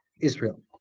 Israel